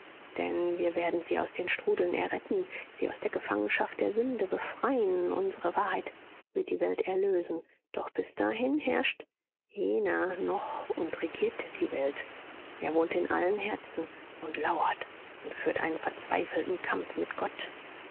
denn wir werden sie aus den strudeln erretten sie aus der gefangenschaft der sünde befreien unsere wahrheit wird die welt erlösen doch bis dahin herrscht jener noch und regiert die welt er wohnt in allen herzen und lauert und führt einen verzweifelten kampf mit gott